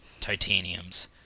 titaniums